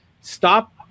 stop